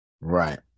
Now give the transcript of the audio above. right